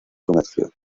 comercio